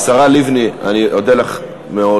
השרה לבני, אני אודה לך מאוד.